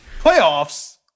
Playoffs